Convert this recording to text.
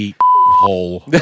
hole